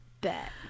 bet